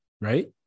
right